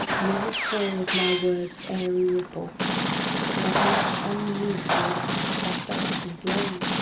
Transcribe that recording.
and the recoil of my words' airy ripple my heart unheedful has puffed up and blown.